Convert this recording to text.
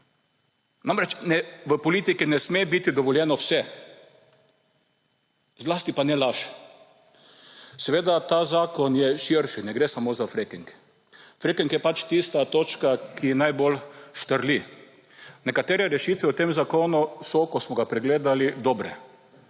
Namreč v politiki ne sme biti dovoljeno vse, zlasti pa ne laž. Seveda ta zakon je širši, ne gre samo za fracking. Fracking je pač tista točka, ki najbolj štrli. Nekatere rešitve v tem zakonu so, ko smo ga pregledali, dobre.